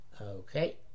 Okay